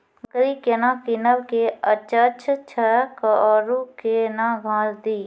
बकरी केना कीनब केअचछ छ औरू के न घास दी?